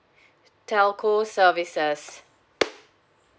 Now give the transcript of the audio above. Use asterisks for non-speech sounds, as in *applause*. telco services *noise*